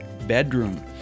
Bedroom